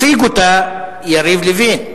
יציג אותה יריב לוין.